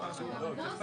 לא הבנתי מה קרה לך איתי.